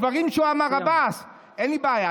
דברים שהוא אמר, עבאס, אין לי בעיה.